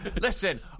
Listen